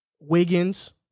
Wiggins